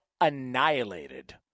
annihilated